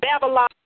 Babylon